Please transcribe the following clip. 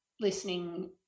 listening